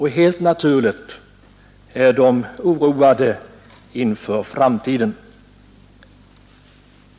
Helt naturligt är de oroade inför framtiden.